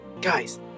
Guys